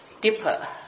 deeper